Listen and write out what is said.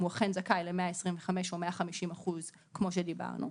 הוא אכן זכאי ל-125% או 150% כמו שדיברנו.